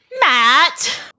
Matt